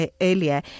earlier